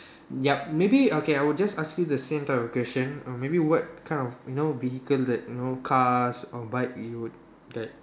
yup maybe okay I would just ask you the same type of question uh maybe what kind of you know vehicle that you know cars or bike you would get